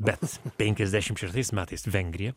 bet penkiasdešimt šeštais metais vengrija